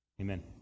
Amen